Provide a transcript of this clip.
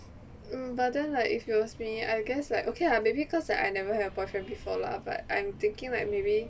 mm but then like if you ask me I guess like okay lah maybe cause I never had a boyfriend before lah but I'm thinking like maybe